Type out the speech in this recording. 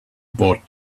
bought